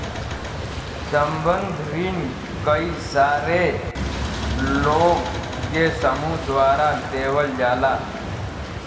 संबंद्ध रिन कई सारे लोग के समूह द्वारा देवल जाला